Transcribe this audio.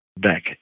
back